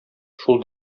шул